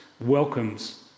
welcomes